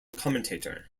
commentator